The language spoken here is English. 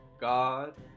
God